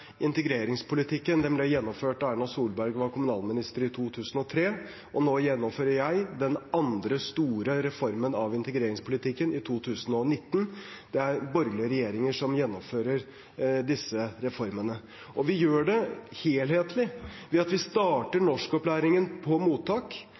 integreringspolitikken ble gjennomført da Erna Solberg var kommunalminister i 2003. Nå gjennomfører jeg den andre store reformen av integreringspolitikken i 2019. Det er borgerlige regjeringer som gjennomfører disse reformene. Vi gjør det helhetlig ved at vi starter